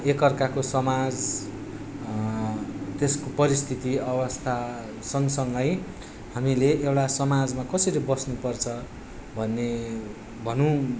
एकअर्काको समाज त्यसको परिस्थिति अवस्था सँगसँगै हामीले एउटा समाजमा कसरी बस्नुपर्छ भन्ने भनौँ